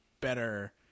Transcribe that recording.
better